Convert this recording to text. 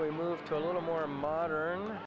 we move to a little more modern